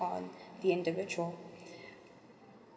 on the individual